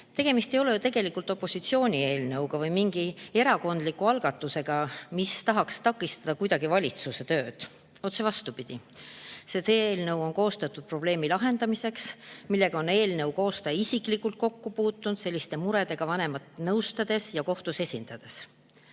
kaitstes. Tegemist ei ole opositsiooni eelnõuga või mingi erakondliku algatusega, mis tahaks kuidagi takistada valitsuse tööd. Otse vastupidi, see eelnõu on koostatud probleemi lahendamiseks, millega on eelnõu koostaja isiklikult kokku puutunud sellise murega vanemaid nõustades ja kohtus esindades.